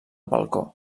balcó